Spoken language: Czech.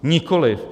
Nikoliv.